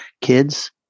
kids